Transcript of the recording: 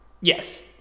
yes